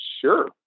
sure